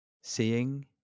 seeing